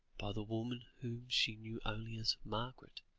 by the woman whom she knew only as margaret,